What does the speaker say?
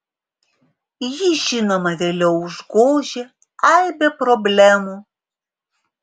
jį žinoma vėliau užgožė aibė problemų